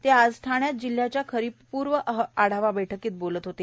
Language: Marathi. ते आज ठाण्यात जिल्ह्याच्या खरीपपूर्व आढावा बैठकीत बोलत होते